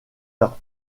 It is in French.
leurs